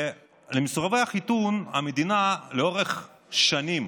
לאורך שנים